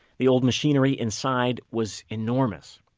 the old machinery inside was enormous.